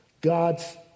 God's